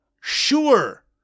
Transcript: Sure